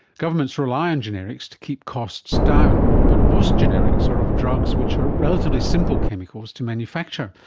governments rely on generics to keep costs down, but most generics are of drugs which are relatively simple chemicals to manufacture,